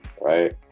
Right